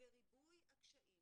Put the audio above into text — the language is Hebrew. וריבוי הקשיים